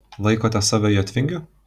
laikote save jotvingiu